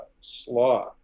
Sloth